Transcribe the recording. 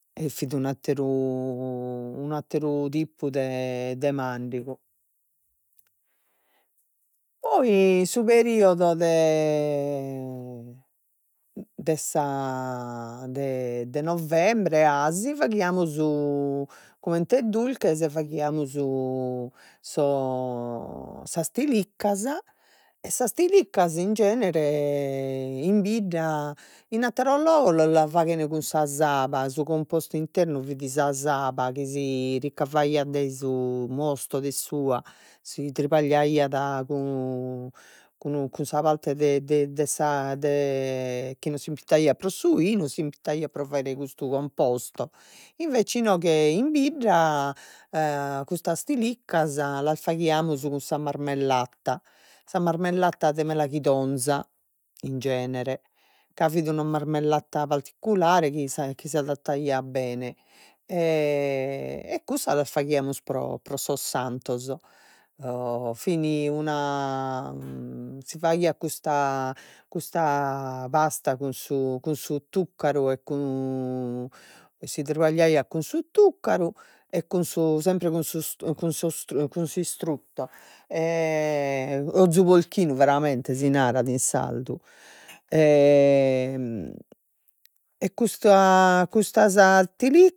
E fit un'atteru un'atteru tipu de de mandigu, poi su periodo de de sa de de novembre, 'asi faghiamus comente dulches faghiamus sos sas tiliccas, sas tiliccas in genere in bidda, in atteros logos, la la faghen cun sa saba, su compostu internu fit sa saba chi si ricavaiat dai su mosto de s'ua, si tribagliaiat cun cun cun sa parte de de de sa de chi non s'impitaiat. Pro su 'inu s'impitaiat pro fagher custu composto, invece inoghe in bidda custas tiliccas las faghiamus cun sa marmellada, sa marmellada de melaghidonza, in genere, ca fit una marmellada particulare chi chi s'adattaiat bene, e cussas las faghiamus pro pro sos santos fin una si faghiat custa custa pasta cun su cun su tuccaru, e cun si tribagliat cun su tuccaru e cun su sempre cun su cun su cun s'istrutto, ozu porchinu veramente si narat in sardu e custa custas tili